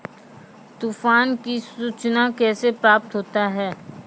तुफान की सुचना कैसे प्राप्त होता हैं?